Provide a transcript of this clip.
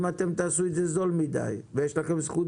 אם תעשו זול מדי ויש לכם זכות